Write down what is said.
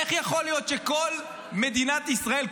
איך יכול להיות שכל מדינת ישראל,